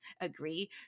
agree